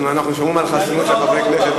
אנחנו שומרים על החסינות של חברי הכנסת.